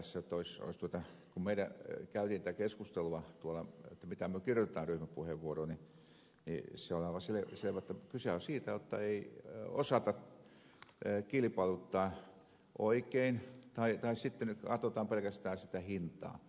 kun meillä käytiin tätä keskustelua tuolla että mitä me kirjoitamme ryhmäpuheenvuoroon niin se on aivan selvää että kyse on siitä jotta ei osata kilpailuttaa oikein tai sitten katsotaan pelkästään hintaa